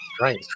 Right